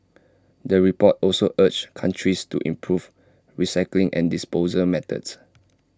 the report also urged countries to improve recycling and disposal methods